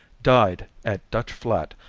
died, at dutch flat,